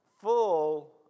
Full